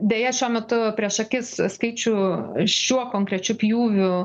deja šiuo metu prieš akis skaičių šiuo konkrečiu pjūviu